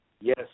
yes